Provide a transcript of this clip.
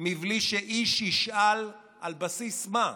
מבלי שאיש ישאל: על בסיס מה?